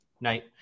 night